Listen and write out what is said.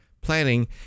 planning